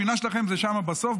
הפינה שלכם זה שם בסוף,